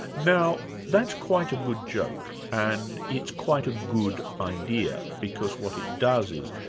now that's quite a good joke, and it's quite a good idea, because what it does is,